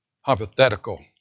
hypothetical